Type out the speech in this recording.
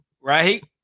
right